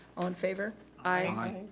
all in favor? aye.